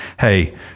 hey